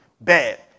bad